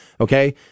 Okay